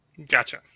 Gotcha